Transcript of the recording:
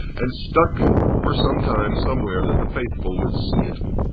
and stuck for some time somewhere that the faithful would see it.